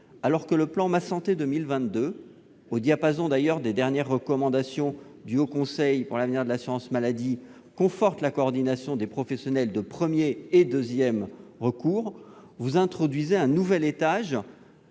Alors que le plan Ma santé 2022, au diapason des dernières recommandations du Haut Conseil pour l'avenir de l'assurance maladie, conforte la coordination des professionnels de premier et deuxième recours, vous introduisez un nouvel étage